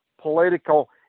political